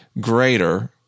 greater